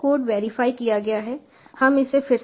code verify किया गया है हम इसे फिर से अपलोड करते हैं